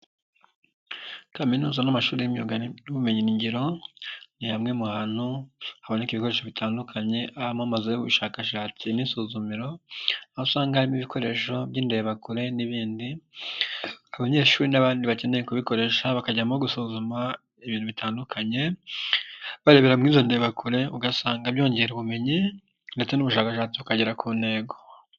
Kaminuza n'amashuri y'imyuga n'ubumenyi ngiro ni hamwe hamwe mu hantu haboneka ibikoresho bitandukanye, ahaba amazu akorerwamo ubushakashatsi n'isuzumiro aho usanga harimo ibikoresho by'indebakorere n'ibindi, abanyeshuri n'abandi bakeneye kubikoresha bakajyamo gusuzuma ibintu bitandukanye, barebera muri izo ndebakure ugasanga byongera ubumenyi ndetse n'ubushakashatsi bukagera ku ntego.